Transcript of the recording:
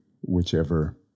whichever